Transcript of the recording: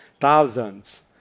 thousands